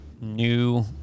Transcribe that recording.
new